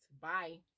Bye